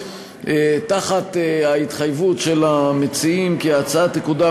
תחת ההתחייבות של המציעים שההצעה תקודם